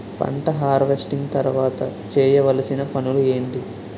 పంట హార్వెస్టింగ్ తర్వాత చేయవలసిన పనులు ఏంటి?